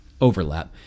overlap—